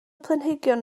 planhigion